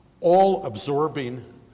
all-absorbing